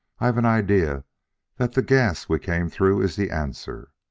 i've an idea that the gas we came through is the answer.